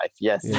yes